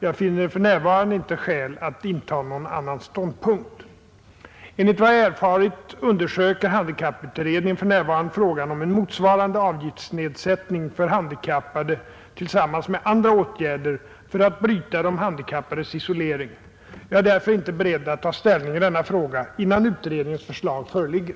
Jag finner för närvarande inte skäl att inta någon annan ståndpunkt. Enligt vad jag erfarit undersöker handikapputredningen för närvarande frågan om en motsvarande avgiftsnedsättning för handikappade tillsammans med andra åtgärder för att bryta de handikappades isolering. Jag är därför inte beredd att ta ställning i denna fråga innan utredningens förslag föreligger.